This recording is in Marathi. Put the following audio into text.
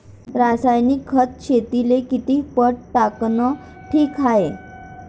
रासायनिक खत शेतीले किती पट टाकनं ठीक हाये?